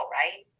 right